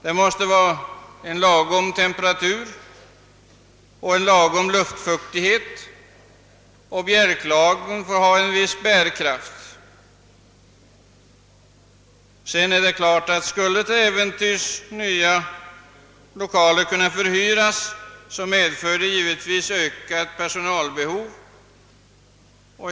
Det måste vara lagom temperatur och lagom luftfuktighet, bjälklagren måste ha viss bärkraft etc. Skulle till äventyrs nya lokaler kunna förhyras, medför detta givetvis ökade personalbehov.